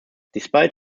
despite